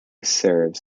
serves